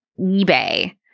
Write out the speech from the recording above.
eBay